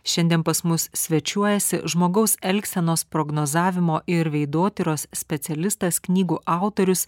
šiandien pas mus svečiuojasi žmogaus elgsenos prognozavimo ir veidotyros specialistas knygų autorius